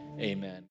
Amen